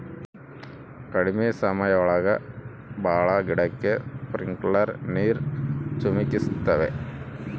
ಕಡ್ಮೆ ಸಮಯ ಒಳಗ ಭಾಳ ಗಿಡಕ್ಕೆ ಸ್ಪ್ರಿಂಕ್ಲರ್ ನೀರ್ ಚಿಮುಕಿಸ್ತವೆ